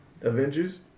Avengers